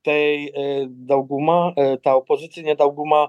tai ė dauguma ta opozicinė dauguma